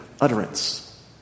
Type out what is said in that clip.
utterance